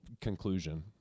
conclusion